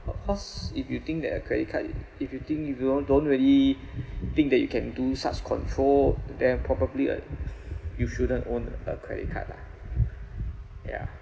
of course if you think that a credit card if you think if you won't don't really think that you can do such control then probably uh you shouldn't own a credit card lah ya